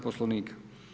Poslovnika.